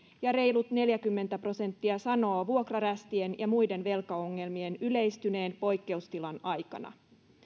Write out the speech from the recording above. ja reilut neljäkymmentä prosenttia sanoo vuokrarästien ja muiden velkaongelmien yleistyneen poikkeustilan aikana